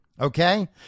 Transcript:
Okay